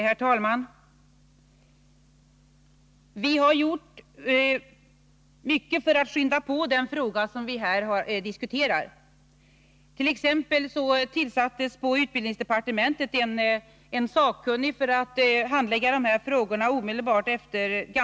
Herr talman! Som svar på Jörn Svenssons första fråga vill jag säga att vi har gjort mycket för att skynda på den fråga som vi här diskuterar. Ganska omedelbart efter regeringsskiftet förra året tillsattes exempelvis på utbildningsdepartementet en sakkunnig för att handlägga detta.